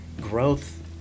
growth